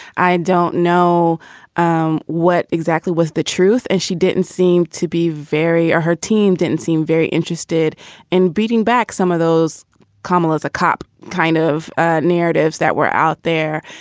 i don't know um what exactly was the truth and she didn't seem to be very or her team didn't seem very interested in beating back some of those carmela's a cop kind of narratives that were out there.